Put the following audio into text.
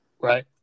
Right